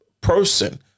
person